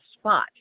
spot